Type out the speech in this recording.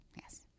Yes